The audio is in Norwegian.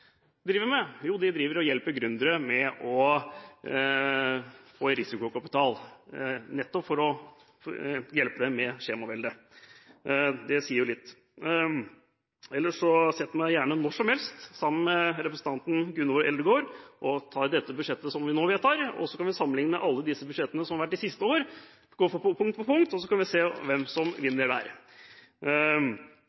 driver med. Jo, de hjelper gründere med å få risikokapital, nettopp ved å hjelpe dem med skjemaveldet. Det sier jo litt. Jeg setter meg når som helst gjerne sammen med representanten Gunvor Eldegard og sammenligner – punkt for punkt – det budsjettet som vi nå skal vedta, med alle budsjettene de siste årene. Så kan vi se hvem som vinner. Ellers vil jeg minne om at Stortinget har vedtatt en rekke representantforslag som nettopp går på